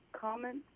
comment